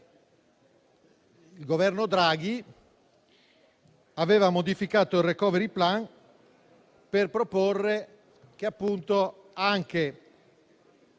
il Governo Draghi aveva modificato il *recovery plan* per proporre che anche